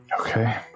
Okay